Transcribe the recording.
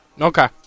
Okay